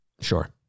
Sure